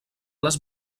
les